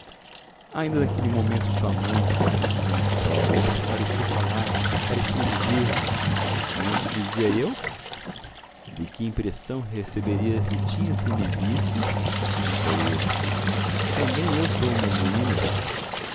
ainda naquele momento sua mãe que há tantos anos estava morta parecia falar-lhe parecia dizer-lhe não te dizia eu e que impressão receberia ritinha se me visse pensou ele também eu sou uma ruína